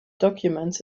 documents